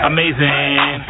Amazing